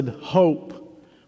hope